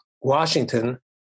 Washington